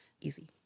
Easy